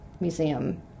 museum